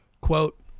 Quote